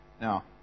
Now